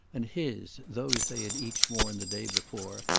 and his, those they had each worn the day before,